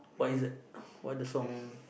what is it what the song